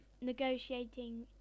negotiating